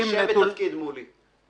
שם ותפקיד, מולי.